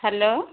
hello